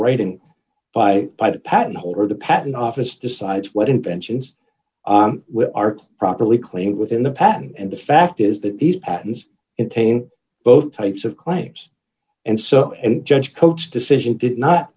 writing by by the patent holder the patent office decides what inventions are properly claimed within the patent and the fact is that these patents in pain both types of claims and so and judge coach decision did not